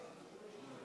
היום.